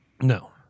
No